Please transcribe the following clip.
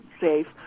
safe